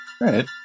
Right